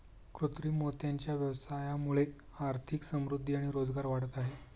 कृत्रिम मोत्यांच्या व्यवसायामुळे आर्थिक समृद्धि आणि रोजगार वाढत आहे